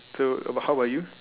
so how about you